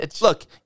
Look